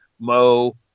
Mo